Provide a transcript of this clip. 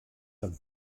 dat